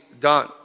done